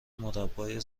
مربای